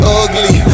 ugly